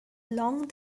long